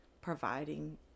providing